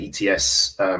ETS